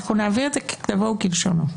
אנחנו נעביר את זה ככתבו וכלשונו.